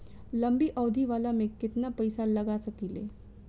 लंबी अवधि वाला में केतना पइसा लगा सकिले?